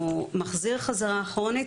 הוא מחזיר אחורנית,